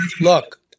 Look